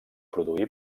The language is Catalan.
produir